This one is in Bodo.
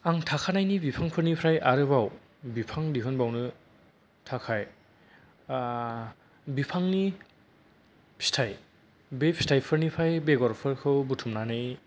आं थाखानायनि बिफांफोरनिफ्राय आरोबाव बिफां दिहुनबावनो थाखाय बिफांनि फिथाइ बे फिथाइफोरनिफ्राय बेगरफोरखौ बुथुमनानै